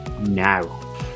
now